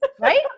Right